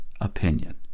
opinion